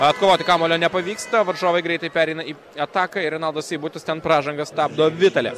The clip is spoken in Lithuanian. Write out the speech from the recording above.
atkovoti kamuolio nepavyksta varžovai greitai pereina į ataką ir renaldas seibutis ten pražanga stabdo vitali